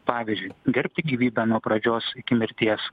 pavyzdžiui gerbti gyvybę nuo pradžios iki mirties